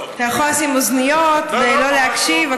אתה יכול לשים אוזניות ולא להקשיב.